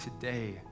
Today